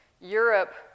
Europe